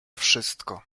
wszystko